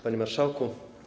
Panie Marszałku!